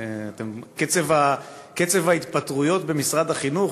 קצב ההתפטרויות במשרד החינוך